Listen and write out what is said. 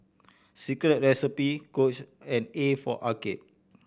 Secret Recipe Coach and A for Arcade